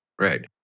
Right